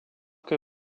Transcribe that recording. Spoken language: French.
que